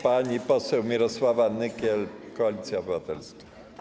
Pani poseł Mirosława Nykiel, Koalicja Obywatelska.